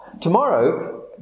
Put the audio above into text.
tomorrow